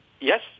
yes